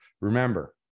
Remember